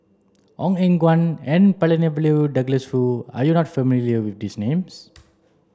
Ong Eng Guan N Palanivelu and Douglas Foo are you not familiar with these names